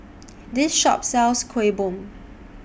This Shop sells Kuih Bom